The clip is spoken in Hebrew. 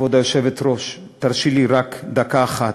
כבוד היושבת-ראש, תרשי לי רק דקה אחת.